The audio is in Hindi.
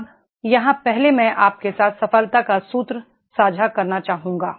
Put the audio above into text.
अब यहाँ पहले मैं आपके साथ सफलता का सूत्र साझा करना चाहूंगा